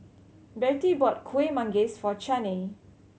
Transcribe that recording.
Bertie bought Kuih Manggis for Chaney